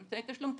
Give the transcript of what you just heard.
ואמצעי תשלום,